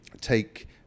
take